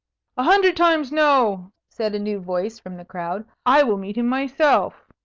a hundred times no! said a new voice from the crowd. i will meet him myself!